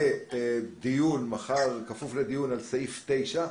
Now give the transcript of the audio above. ובכפוף לדיון מחר על סעיף 9,